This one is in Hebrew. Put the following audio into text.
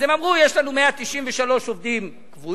אז הם אמרו: יש לנו 193 עובדים קבועים,